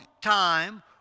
time